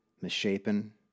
misshapen